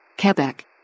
Quebec